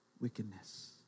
wickedness